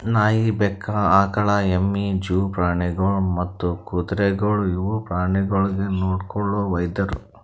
ನಾಯಿ, ಬೆಕ್ಕ, ಆಕುಳ, ಎಮ್ಮಿ, ಜೂ ಪ್ರಾಣಿಗೊಳ್ ಮತ್ತ್ ಕುದುರೆಗೊಳ್ ಇವು ಪ್ರಾಣಿಗೊಳಿಗ್ ನೊಡ್ಕೊಳೋ ವೈದ್ಯರು